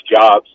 jobs